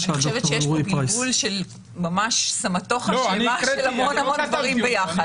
יש בלבול של הרבה דברים ביחד.